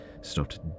stopped